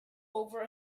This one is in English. over